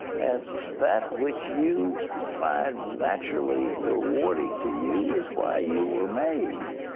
and that which you find naturally rewarding to you is why you were made.